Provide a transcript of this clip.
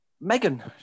Megan